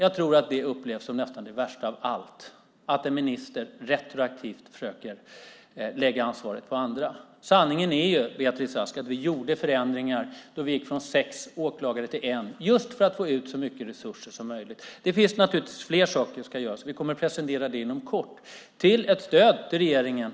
Jag tror att det upplevs som nästan det värsta av allt, att en minister retroaktivt försöker lägga ansvaret på andra. Sanningen är, Beatrice Ask, att vi gjorde förändringar då vi gick från sex åklagare till en, just för att få ut så mycket resurser som möjligt. Det finns naturligtvis fler saker som ska göras. Vi kommer att presentera det inom kort, som ett stöd till regeringen.